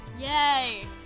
Yay